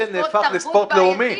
זה נהפך לספורט לאומי.